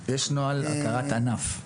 --- יש נוהל הכרת ענף,